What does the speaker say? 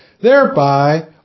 thereby